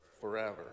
forever